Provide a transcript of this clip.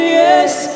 yes